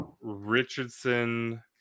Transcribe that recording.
Richardson